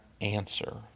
answer